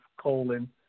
colon